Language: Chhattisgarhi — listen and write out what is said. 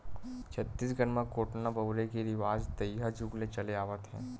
छत्तीसगढ़ म कोटना बउरे के रिवाज तइहा जुग ले चले आवत हे